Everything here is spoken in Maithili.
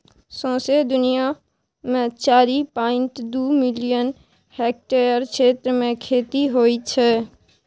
सौंसे दुनियाँ मे चारि पांइट दु मिलियन हेक्टेयर क्षेत्र मे खेती होइ छै